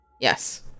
Yes